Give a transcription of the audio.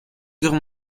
guerre